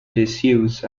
disuse